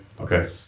okay